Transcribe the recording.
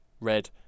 red